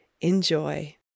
Enjoy